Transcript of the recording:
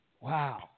Wow